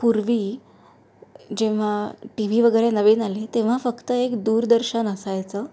पूर्वी जेव्हा T V वगैरे नवीन आले तेव्हा फक्त एक दूरदर्शन असायचं